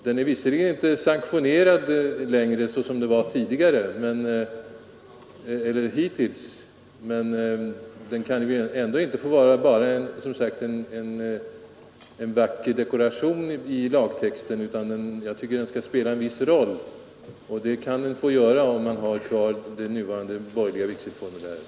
Den är visserligen inte längre förenad med någon sanktion som hittills, men den kan ändå inte som sagt få bli bara en vacker dekoration i lagtexten, utan jag tycker att den skall få spela en viss viktig roll. Det kan den bäst få göra, om man har kvar bara ett borgerligt vigselformuläret.